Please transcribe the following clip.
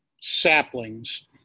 saplings